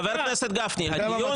חבר הכנסת גפני, הדיון